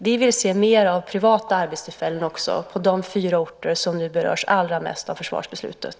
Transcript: Vi vill se mer av också privata arbetstillfällen på de fyra orter som nu berörs allra mest av försvarsbeslutet.